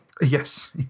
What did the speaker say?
yes